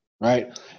right